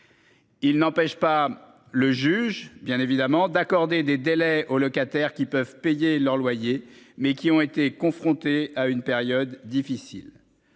Il n'empêche pas le juge bien évidemment d'accorder des délais aux locataires qui peuvent payer leur loyer, mais qui ont été confrontés à une période difficile.